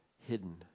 hidden